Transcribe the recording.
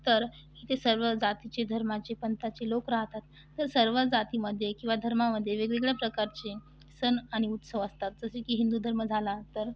तर इथे सर्व जातीचे धर्माचे पंथाचे लोक राहतात तर सर्व जातीमध्ये किंवा धर्मामध्ये वेगवेगळ्या प्रकारचे सण आणि उत्सव असतात जसे की हिंदू धर्म झाला तर